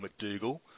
McDougall